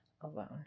alone